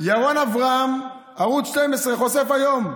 ירון אברהם בערוץ 12 חושף היום: